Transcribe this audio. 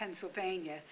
Pennsylvania